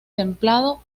templado